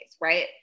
right